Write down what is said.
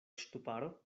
ŝtuparo